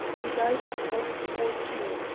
who died in twelve fourteen,